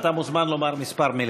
אתה מוזמן לומר כמה מילים.